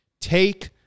Take